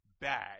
bad